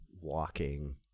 walking